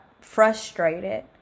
frustrated